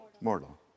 mortal